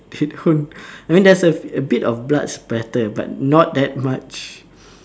I mean there's a bit of blood splatter but not that much